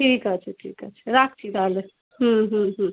ঠিক আছে ঠিক আছে রাখছি তাহলে হুম হুম হুম